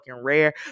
rare